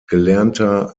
gelernter